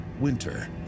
winter